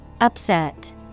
Upset